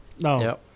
No